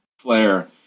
Flare